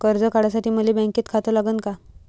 कर्ज काढासाठी मले बँकेत खातं लागन का?